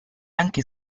anche